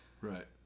right